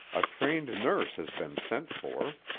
a trained nurse has been sent for.